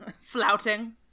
Flouting